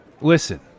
Listen